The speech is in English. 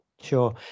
Sure